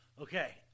Okay